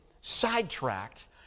sidetracked